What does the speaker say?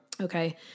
Okay